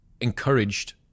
encouraged